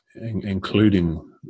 including